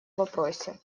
вопросе